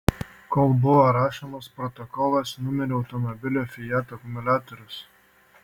kol buvo rašomas protokolas numirė automobilio fiat akumuliatorius